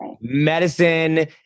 Medicine